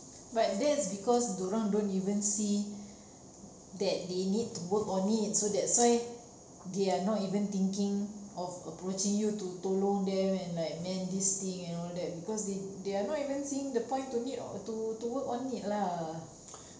but that's because dia orang don't even see that they need work on it so that's why they are not even thinking of approaching you to tolong them and like mend this thing you know that because they they are not the point to need or to to work on it lah